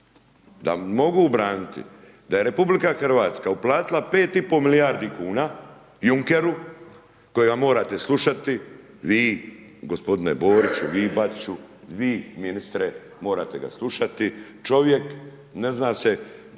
da mogu braniti da je RH uplatila 5,5 milijardi kuna Junkeru kojega morate slušati vi gospodine Borić, vi Bačiću, vi ministre morate ga slušati, čovjek ne zna se